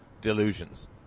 delusions